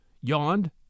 yawned